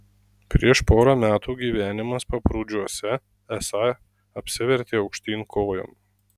prieš porą metų gyvenimas paprūdžiuose esą apsivertė aukštyn kojom